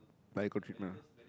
medical treatment